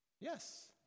Yes